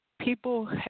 people